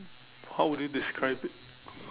how would you describe it